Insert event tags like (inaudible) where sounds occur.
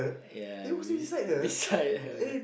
ya be~ beside her (breath)